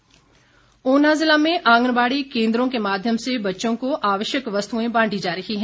आंगनबाड़ी ऊना जिला में आंगनबाडी केंद्रों के माध्यम से बच्चों को आवश्यक वस्तुएं बांटी जा रही है